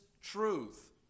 truth